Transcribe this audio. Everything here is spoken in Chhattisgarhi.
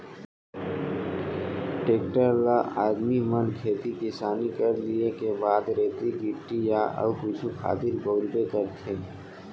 टेक्टर ल आदमी मन खेती किसानी कर लिये के बाद रेती गिट्टी या अउ कुछु खातिर बउरबे करथे